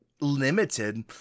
limited